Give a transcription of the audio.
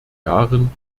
jahren